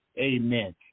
amen